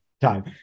time